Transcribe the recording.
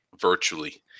virtually